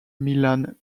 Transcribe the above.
milan